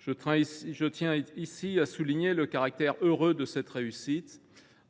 je tiens à souligner le caractère heureux de cette réussite.